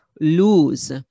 lose